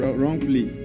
wrongfully